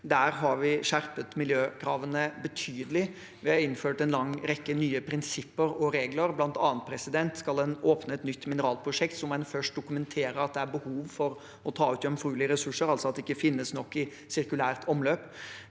der har vi skjerpet miljøkravene betydelig. Vi har innført en lang rekke nye prinsipper og regler, bl.a. at om en skal åpne et nytt mineralprosjekt, må en først dokumentere at det er behov for å ta ut jomfruelige ressurser, altså at det ikke finnes nok i sirkulært omløp.